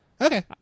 Okay